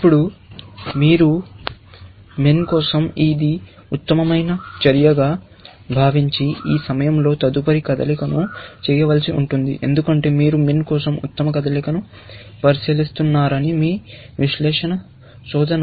ఇప్పుడు మీరు MIN కోసం ఇది ఉత్తమమైన చర్యగా భావించి ఈ సమయంలో తదుపరి కదలికను చేయవలసి ఉంటుంది ఎందుకంటే మీరు MIN కోసం ఉత్తమ కదలికలను పరిశీలిస్తున్నారని మీ విశ్లేషణ శోధన